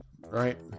right